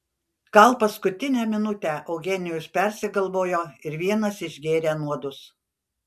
gal paskutinę minutę eugenijus persigalvojo ir vienas išgėrė nuodus